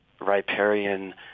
riparian